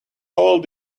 whole